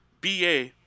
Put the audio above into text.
BA